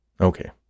Okay